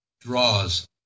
draws